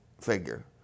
figure